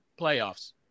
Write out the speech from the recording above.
playoffs